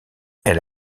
elle